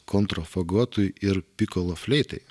kontrfagotui ir pikolo fleitai